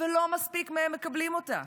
ולא מספיק מהם מקבלים אותה?